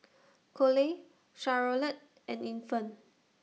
Coley Charolette and Infant